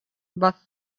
but